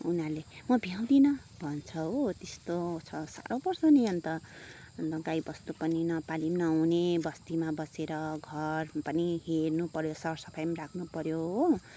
उनीहरूले म भ्याउँदिनँ भन्छ हो त्यस्तो छ साह्रो पर्छ नि अन्त अन्त गाईबस्तु पनि नपाली पनि नहुने बस्तीमा बसेर घर पनि हेर्नुपऱ्यो सरसफाई पनि राख्नुपऱ्यो हो